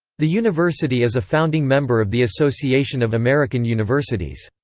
the university is a founding member of the association of american universities.